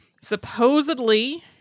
supposedly